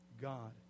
God